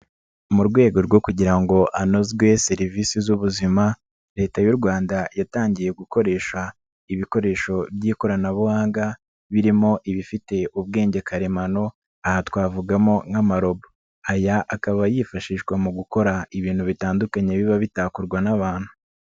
Mu rwego rwo kugira ngo hanozwe serivisi z'ubuzima, leta y'u Rwanda yatangiye gukoresha ibikoresho by'ikoranabuhanga, birimo ibifite ubwenge karemano, aha twavugamo nk'amarobo, aya akaba yifashishwa mu gukora ibintu bitandukanye biba bitakorwa n'abantu.